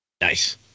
Nice